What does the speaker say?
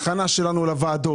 אנחנו עושים הכנה לדיונים בוועדות.